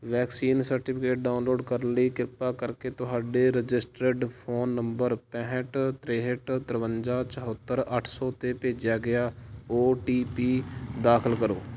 vaccine certificate download ਕਰਨ ਲਈ ਕਿਰਪਾ ਕਰਕੇ ਤੁਹਾਡੇ ਰਜਿਸਟਰਡ ਫ਼ੋਨ ਨੰਬਰ ਪੈਂਹਠ ਤ੍ਰੇਹਠ ਤਰਵੰਜਾ ਚੁਹੱਤਰ ਅੱਠ ਸੌ 'ਤੇ ਭੇਜਿਆ ਗਿਆ ਓ ਟੀ ਪੀ ਦਾਖਲ ਕਰੋ